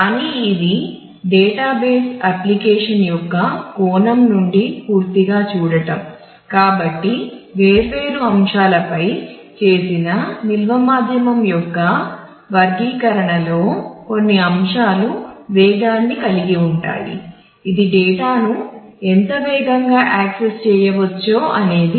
కానీ ఇది డేటాబేస్ అప్లికేషన్కు రూపాయిలు లాంటిది